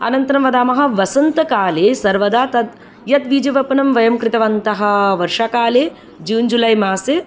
अनन्तरं वदामः वसन्तकाले सर्वदा तद् यत् बीजावापनं वयं कृतवन्तः वर्षाकाले जून् जुलै मासे